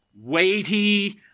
weighty